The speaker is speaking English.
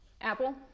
Apple